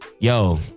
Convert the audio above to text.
yo